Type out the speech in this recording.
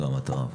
זוהי המטרה.